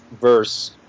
verse